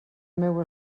meu